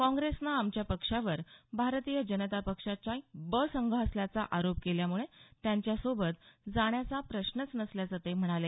काँग्रेसनं आमच्या पक्षावर भारतीय जनता पक्षाची ब संघ असल्याचा आरोप केल्यामुळे त्यांच्यासोबत जाण्याचा प्रश्नच नसल्याचं ते म्हणाले